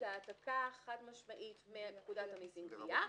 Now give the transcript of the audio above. זו העתקה חד משמעית מפקודת המסים (גבייה)